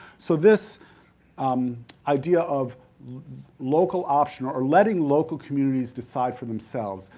so, this um idea of local option, or letting local communities decide for themselves,